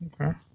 Okay